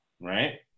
right